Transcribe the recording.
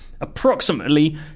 approximately